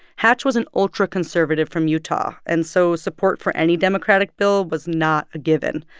hatch was an ultraconservative from utah. and so support for any democratic bill was not a given.